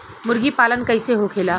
मुर्गी पालन कैसे होखेला?